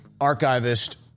archivist